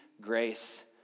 grace